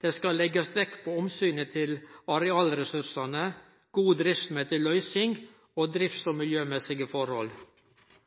Det skal leggjast vekt på omsynet til arealressursane, god driftsmessig løysing og drifts- og miljømessige forhold.